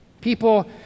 People